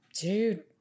Dude